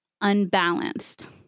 unbalanced